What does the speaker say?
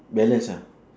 balance ah